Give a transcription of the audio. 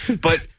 But-